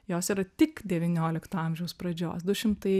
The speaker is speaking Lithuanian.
jos yra tik devyniolikto amžiaus pradžios du šimtai